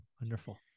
wonderful